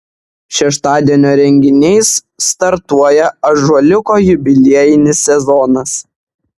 šeštadienio renginiais startuoja ąžuoliuko jubiliejinis sezonas